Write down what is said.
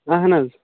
اَہَن حظ